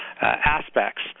aspects